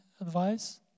advice